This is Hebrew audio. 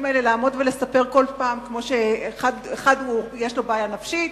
האלה לעמוד ולספר כל פעם שאחד יש לו בעיה נפשית,